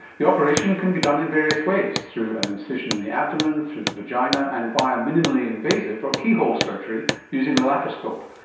the operation can be done in various ways through an incision in the abdomen, through the vagina, and via minimally invasive or keyhole surgery using the laparoscope.